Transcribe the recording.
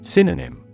Synonym